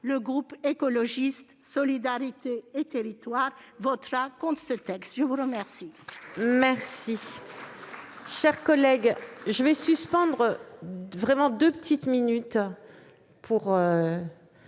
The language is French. le groupe Écologiste - Solidarité et Territoires votera contre ce texte. Mes chers